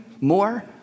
more